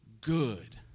good